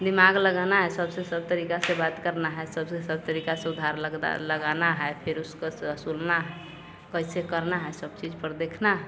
दिमाग लगाना है सबसे सब तरीका से बात करना है सबसे सब तरीका से उधार लग लगाना है फिर उसको सु सुलना है कैसे करना है सब चीज पर देखना है